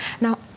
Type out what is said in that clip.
Now